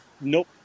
nope